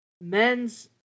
Men's